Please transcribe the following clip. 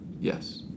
yes